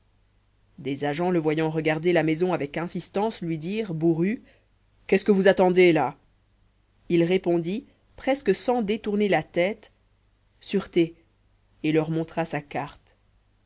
des agents le voyant regarder la maison avec insistance lui dirent bourrus qu'est-ce que vous attendez là il répondit presque sans détourner la tête sûreté et leur montra sa carte